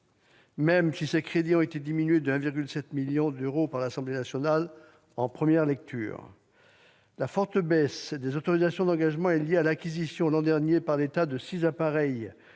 néanmoins qu'ils aient été diminués de 1,7 million d'euros par l'Assemblée nationale en première lecture. La forte baisse des autorisations d'engagement est liée à l'acquisition l'an dernier par l'État de six appareils